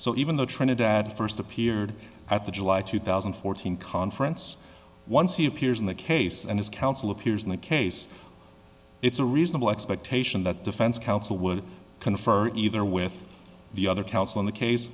so even though trinidad first appeared at the july two thousand and fourteen conference once he appears in the case and his counsel appears in that case it's a reasonable expectation that defense counsel would confer either with the other counsel in the case